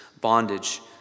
bondage